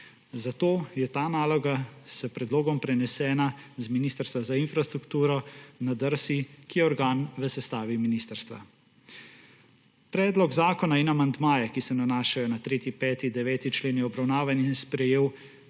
zato je ta naloga s predlogom prenesena z Ministrstva za infrastrukturo, na DRSI, ki je organ v sestavi ministrstva. Predlog zakona in amandmaje, ki se nanašajo na 3., 5., 9. člen je obravnaval in sprejel